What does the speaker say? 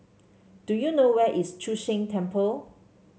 do you know where is Chu Sheng Temple